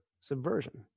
subversion